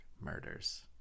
murders